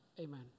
amen